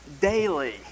daily